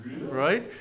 Right